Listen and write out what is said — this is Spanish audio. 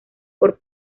por